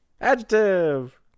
Adjective